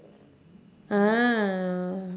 ah